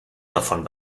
davon